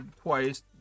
twice